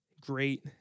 great